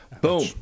boom